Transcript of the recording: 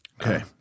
okay